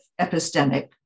epistemic